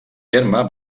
terme